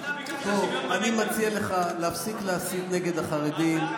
אני מציע לך להפסיק להסית נגד החרדים.